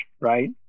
right